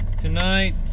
tonight